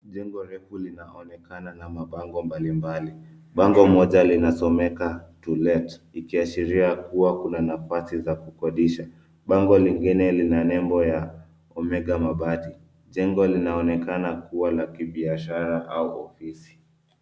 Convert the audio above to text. Jengo refu linaonekana na mabango mbalimbali. Bango moja lina someka to let ikiashiria kuwa kuna nafasi za kukodisha. Bango lingine lina nembo ya Omega mabati. Jengo linaonekana kuwa la kibiashara au ofisi.